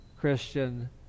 Christian